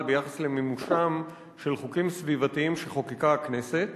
ביחס למימושם של חוקים סביבתיים שחוקקה הכנסת